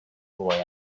boy